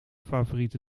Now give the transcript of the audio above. favoriete